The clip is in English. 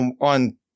on